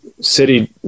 city